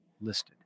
listed